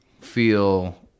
feel